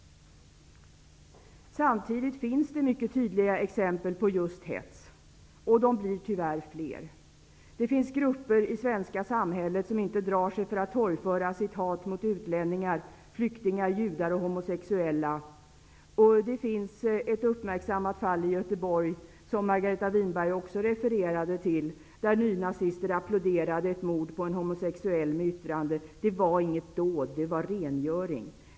Samtidigt finns det mycket tydliga exempel på just hets, och de blir tyvärr fler. Det finns grupper i det svenska samhället som inte drar sig för att torgföra sitt hat mot utlänningar, flyktingar, judar och homosexuella. Det finns ett uppmärksammat fall i Göteborg, som också Margareta Winberg refererade till, där nynazister applåderade ett mord på en homosexuell med yttrandet ''Det var inget dåd, det var rengöring.